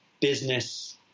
business